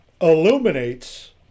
illuminates